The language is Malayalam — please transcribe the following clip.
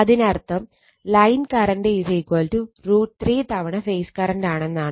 അതിനർത്ഥം ലൈൻ കറണ്ട് √ 3 തവണ ഫേസ് കറണ്ടാണെന്നാണ്